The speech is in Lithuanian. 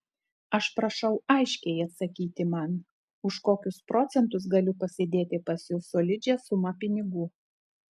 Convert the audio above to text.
aš prašau aiškiai atsakyti man už kokius procentus galiu pasidėti pas jus solidžią sumą pinigų